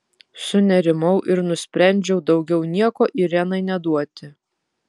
sunerimau ir nusprendžiau daugiau nieko irenai neduoti